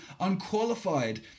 unqualified